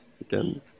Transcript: again